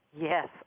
Yes